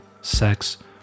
sex